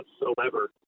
whatsoever